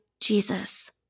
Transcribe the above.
Jesus